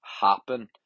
happen